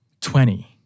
Twenty